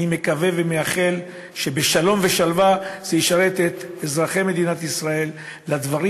אני מקווה ומייחל שבשלום ובשלווה ישרת את אזרחי מדינת ישראל לדברים